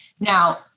Now